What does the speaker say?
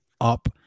up